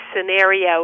scenario